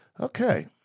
Okay